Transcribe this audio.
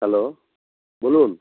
hello বলুন